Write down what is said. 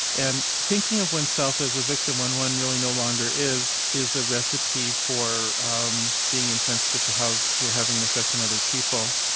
and thinking of oneself as a victim when one really no longer is, is a recipe for um being insensitive to how you're having an effect on and other people.